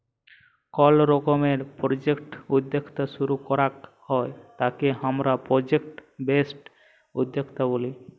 call রকমের project উদ্যক্তা শুরু করাক হ্যয় তাকে হামরা প্রজেক্ট বেসড উদ্যক্তা ব্যলি